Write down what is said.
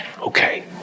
okay